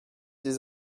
des